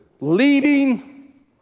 leading